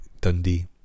Dundee